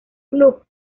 club